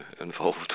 involved